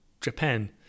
Japan